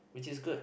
which is good